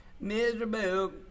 Miserable